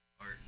art